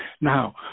Now